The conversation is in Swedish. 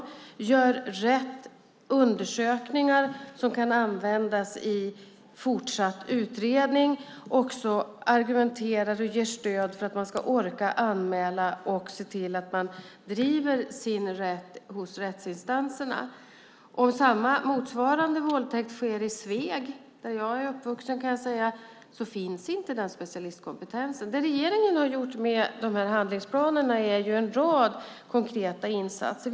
De gör rätt undersökningar som kan användas i den fortsatta utredningen och argumenterar och ger stöd för att man ska orka anmäla och driva sin rätt hos rättsinstanserna. Om motsvarande våldtäkt sker i Sveg, där jag är uppvuxen, finns inte den specialistkompetensen. Genom de här handlingsplanerna har regeringen infört är en rad konkreta insatser.